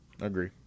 agree